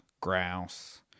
grouse